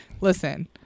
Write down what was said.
listen